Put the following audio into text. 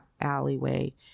alleyway